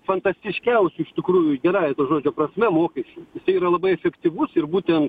fantastiškiausių iš tikrųjų gerąja to žodžio prasme mokesčių jisai yra labai efektyvus ir būtent